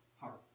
hearts